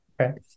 Okay